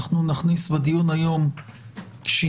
אנחנו נכניס בדיון היום שינוי.